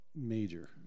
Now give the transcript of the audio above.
major